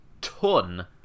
ton